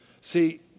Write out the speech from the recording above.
See